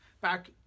back